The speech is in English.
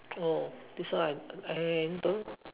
oh this one I don't